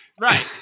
Right